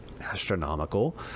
astronomical